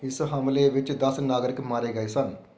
ਇਸ ਹਮਲੇ ਵਿੱਚ ਦਸ ਨਾਗਰਿਕ ਮਾਰੇ ਗਏ ਸਨ